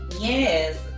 Yes